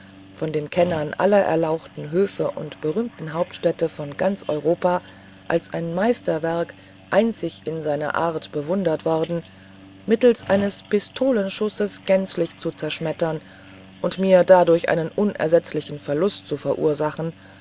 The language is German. von den kennern aller erlauchten höfe und berühmten hauptstädte von ganz europa als ein meisterwerk einzig in seiner art bewundert worden mittelst eines pistolenschusses gänzlich zu zerschmettern und mir dadurch einen unersetzlichen verlust zu verursachen